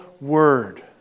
word